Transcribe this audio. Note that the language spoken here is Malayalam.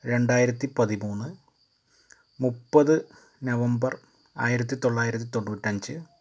രണ്ടായിരത്തി പതിമൂന്ന് മുപ്പത് നവംബർ ആയിരത്തി തൊള്ളായിരത്തി തൊണ്ണുറ്റഞ്ച്